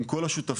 עם כל השותפים,